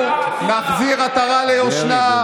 אנחנו נחזיר עטרה ליושנה,